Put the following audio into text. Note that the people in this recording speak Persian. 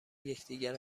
یکدیگر